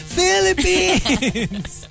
Philippines